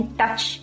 touch